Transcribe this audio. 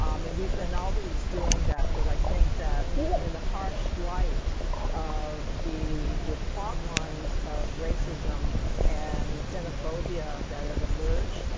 and we've been always doing that but i think that in the harsh light of the the fault lines of racism and xenophobia that have emerged